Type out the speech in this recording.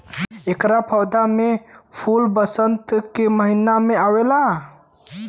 एकरा पौधा में फूल वसंत के महिना में आवेला